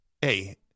Hey